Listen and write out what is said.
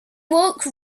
woke